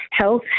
Health